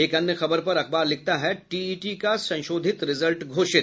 एक अन्य खबर पर अखबार लिखता है टीईटी का संशोधित रिजल्ट घोषित